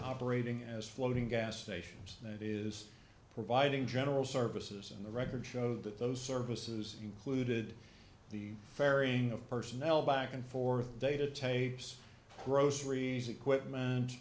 parading as floating gas stations that is providing general services and the record showed that those services included the ferrying of personnel back and forth data tapes groceries equipment